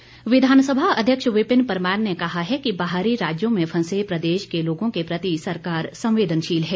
परमार विधानसभा अध्यक्ष विपिन परमार ने कहा है कि बाहरी राज्यों में फंसे प्रदेश के लोगों के प्रति सरकार संवेदनशील है